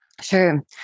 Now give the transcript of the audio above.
Sure